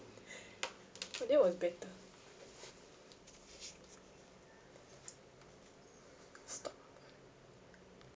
oh that was better stop